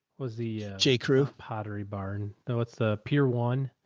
was the, ah, j crew pottery barn though. it's the peer one?